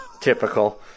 typical